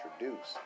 introduce